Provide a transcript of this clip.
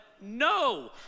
no